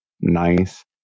nice